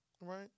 Right